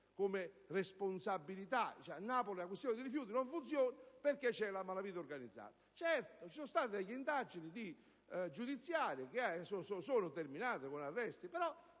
che a Napoli la gestione dei rifiuti non funziona perché c'è la malavita organizzata. Certo, ci sono state delle indagini giudiziarie che sono terminate con arresti, però